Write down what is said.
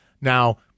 Now